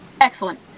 Excellent